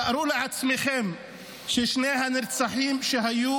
תארו לעצמכם ששני הנרצחים שהיו